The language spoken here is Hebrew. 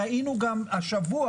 ראינו גם השבוע,